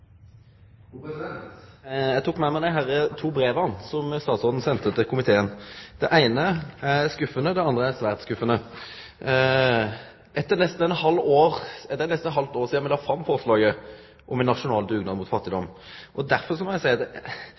tok med meg desse to breva som statsråden sende til komiteen. Det eine er skuffande, det andre er svært skuffande. Det er nesten eit halvt år sidan me la fram forslaget om ein nasjonal dugnad mot fattigdom. Derfor må